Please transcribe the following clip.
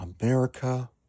America